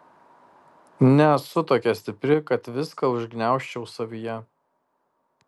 nesu tokia stipri kad viską užgniaužčiau savyje